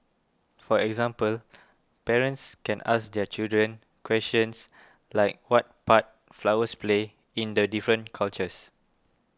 for example parents can ask their children questions like what part flowers play in the different cultures